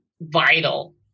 vital